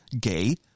gay